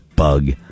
bug